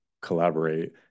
collaborate